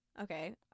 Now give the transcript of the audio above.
Okay